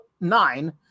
nine